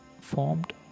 formed